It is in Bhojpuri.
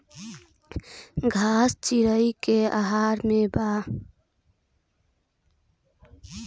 घास चिरईन के आहार भी बा